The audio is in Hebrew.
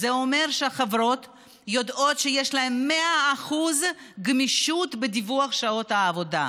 זה אומר שהחברות יודעות שיש להן מאה אחוז גמישות בדיווח על שעות העבודה,